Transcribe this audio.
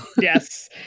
Yes